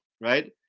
right